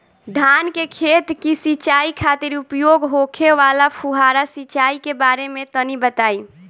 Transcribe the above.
धान के खेत की सिंचाई खातिर उपयोग होखे वाला फुहारा सिंचाई के बारे में तनि बताई?